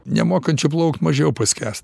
nemokančių plaukt mažiau paskęs